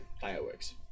Fireworks